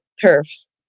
turfs